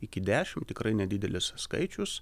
iki dešim tikrai nedidelis skaičius